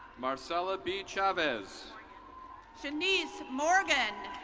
marcelo b. cahvez. cheniz morgan.